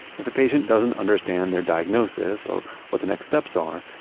if the patient doesn't understand their diagnosis or what the next steps are,